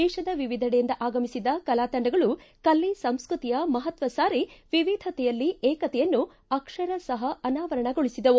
ದೇಶದ ವಿವಿಧೆಡೆಯಿಂದ ಆಗಮಿಸಿದ್ದ ಕಲಾ ತಂಡಗಳು ಕಲೆ ಸಂಸ್ಕೃತಿಯ ಮಹತ್ವ ಸಾರಿ ವಿವಿಧತೆಯಲ್ಲಿ ಏಕತೆಯನ್ನು ಅಕ್ಷರ ಸಹ ಅನಾವರಣಗೊಳಿಸಿದವು